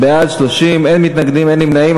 בעד, 30, אין מתנגדים, אין נמנעים.